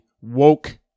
woke